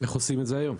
איך עושים את זה היום?